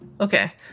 Okay